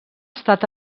estat